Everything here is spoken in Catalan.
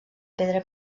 pedra